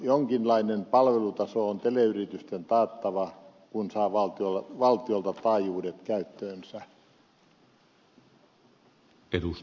jonkinlainen palvelutaso on teleyritysten taattava kun saa valtiolta taajuudet käyttöönsä